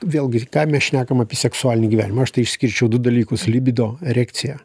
vėlgi ką mes šnekam apie seksualinį gyvenimą aš tai išskirčiau du dalykus libido erekciją